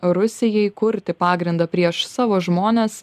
rusijai kurti pagrindą prieš savo žmones